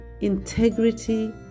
integrity